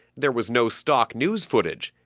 there was no stock news footage.